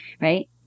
right